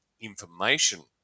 information